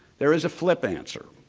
there is a flip answer.